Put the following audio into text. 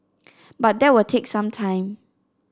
but that will take some time